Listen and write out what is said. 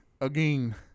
Again